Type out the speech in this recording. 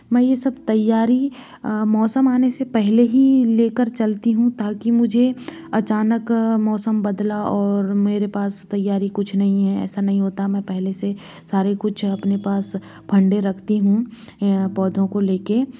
मैं ये सब तैयारी मौसम आने से पहले ही लेकर चलती हूँ ताकि मुझे अचानक मौसम बदला और मेरे पास तैयारी कुछ नहीं है ऐसा नहीं होता मैं पहले से सारे कुछ अपने पास फंडे रखती हूँ पौधों को लेके